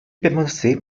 permanecer